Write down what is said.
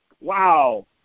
Wow